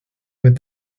with